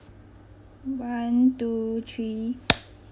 one two three